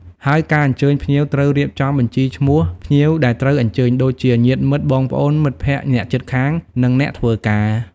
ហើយការអញ្ជើញភ្ញៀវត្រូវរៀបចំបញ្ជីឈ្មោះភ្ញៀវដែលត្រូវអញ្ជើញ ដូចជា ញាតិមិត្ត បងប្អូន មិត្តភក្តិ អ្នកជិតខាង និងអ្នកធ្វើការ។